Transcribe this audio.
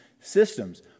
systems